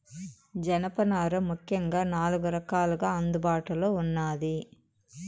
జనపనార ముఖ్యంగా నాలుగు రకాలుగా అందుబాటులో ఉన్నాది